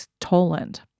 Toland